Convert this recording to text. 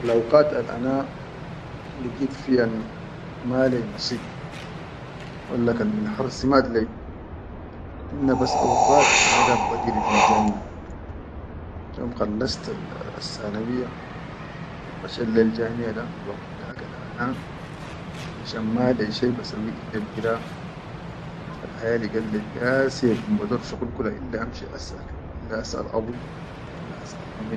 Al auqat al ana ligit fiyan ma leyi nasib walla kan miharsimat leyi hinne bas auqat ana gaid ba giri fil jamiʼa, yom khalastal sanawiyya wa mashet lrl jamiʼa da al waqit da ka da ana finshan ma leyi shai basawwi illel gira, al haya ligat gasiye kan bador shuqul kula ille amshi asʼal ille asʼal abuyi walla asʼal.